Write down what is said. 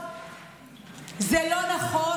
זה לא נכון.